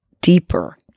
deeper